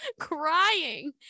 crying